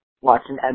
watching